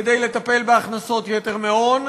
כדי לטפל בהכנסות יתר מהון,